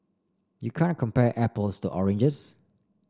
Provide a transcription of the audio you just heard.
you can't compare apples to oranges